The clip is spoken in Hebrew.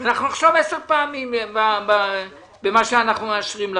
אנחנו נחשוב עשר פעמים במה שאנחנו מאשרים לכם.